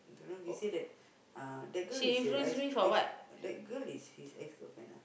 don't know he say that uh that girl is a ex ex that girl is his ex girlfriend ah